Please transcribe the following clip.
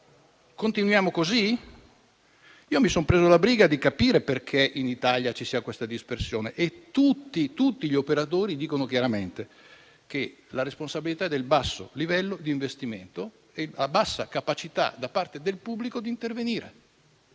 Continuiamo così? Mi sono preso la briga di capire perché in Italia ci sia questa dispersione. Tutti gli operatori dicono chiaramente che la responsabilità è del basso livello di investimento e della bassa capacità da parte del pubblico di intervenire.